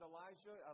Elijah